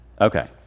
Okay